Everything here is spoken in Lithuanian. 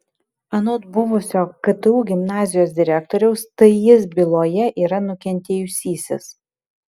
anot buvusio ktu gimnazijos direktoriaus tai jis byloje yra nukentėjusysis